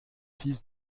fils